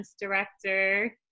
director